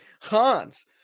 Hans